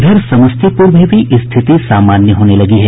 इधर समस्तीपुर में भी स्थिति सामान्य होने लगी है